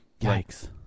yikes